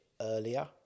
earlier